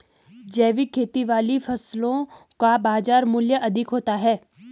जैविक खेती वाली फसलों का बाजार मूल्य अधिक होता है